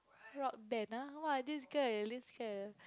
rock band ah !wow! this girl this girl